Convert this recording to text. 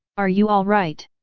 are you alright?